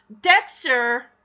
Dexter